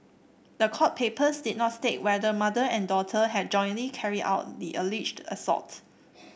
the court papers did not state whether mother and daughter had jointly carried out the alleged assault